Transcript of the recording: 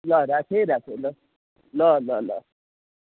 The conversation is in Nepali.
ल राखेँ राखेँ ल ल ल ल